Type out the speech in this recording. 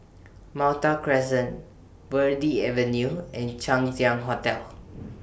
Malta Crescent Verde Avenue and Chang Ziang Hotel